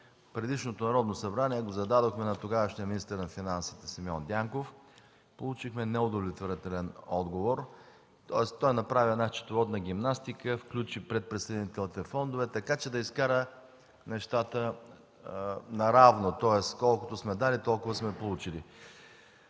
предишното Народно събрание го зададохме на тогавашния министър на финансите Симеон Дянков, получихме неудовлетворителен отговор, тоест, той направи една счетоводна гимнастика, включи предприсъединителните фондове, така че да изкара нещата наравно, тоест, колкото сме дали, толкова сме получили.